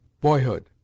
Boyhood